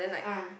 ah